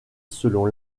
selon